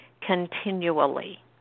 continually